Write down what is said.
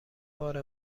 بار